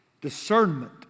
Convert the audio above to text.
discernment